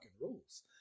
rules